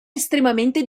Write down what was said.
estremamente